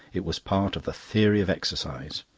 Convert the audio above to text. it was part of the theory of exercise.